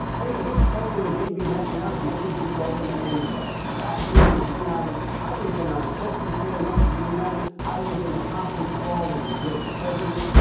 but he's spoken to bibi netanyahu as much as he's spoken to anybody. the idea that we're not and i was in a just before he went to the u n, i was in a conference call with the with the president,